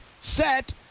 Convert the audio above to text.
set